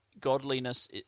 godliness